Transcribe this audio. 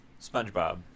SpongeBob